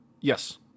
Yes